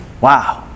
Wow